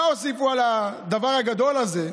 מה הוסיפו על הדבר הגדול הזה?